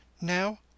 Now